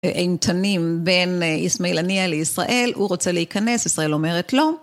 אימתניים בין יסמעיל הנייה לישראל, הוא רוצה להיכנס, ישראל אומרת לא.